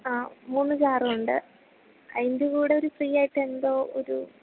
ആ മൂന്നു ജാറുമുണ്ട് അതിൻ്റെ കൂടെ ഒരു ഫ്രീയായിട്ട് എന്തോ ഒരു